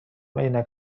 عینک